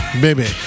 baby